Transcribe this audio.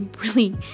really-